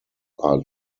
are